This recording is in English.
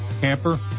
camper